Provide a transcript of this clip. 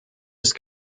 ist